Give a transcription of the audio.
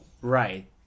right